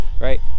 right